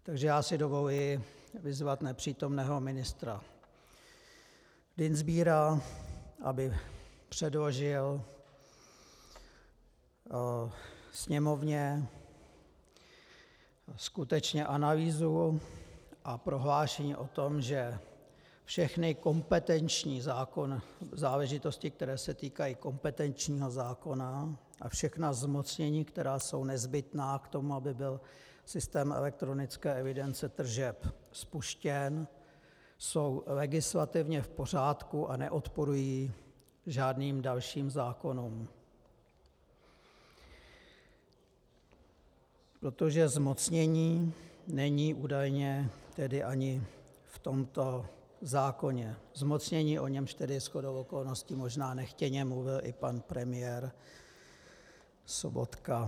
Takže já si dovoluji vyzvat nepřítomného ministra Dienstbiera, aby předložil Sněmovně skutečně analýzu a prohlášení o tom, že všechny kompetenční záležitosti, které se týkají kompetenčního zákona, a všechna zmocnění, která jsou nezbytná k tomu, aby byl systém elektronické evidence tržeb spuštěn, jsou legislativně v pořádku a neodporují žádným dalším zákonům, protože zmocnění není údajně tedy ani v tomto zákoně, zmocnění, o němž tedy shodou okolností možná nechtěně mluvil i pan premiér Sobotka.